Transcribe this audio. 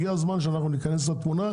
הגיע הזמן שאנחנו ניכנס לתמונה,